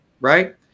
right